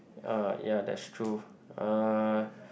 uh yeah that's true uh